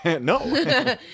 no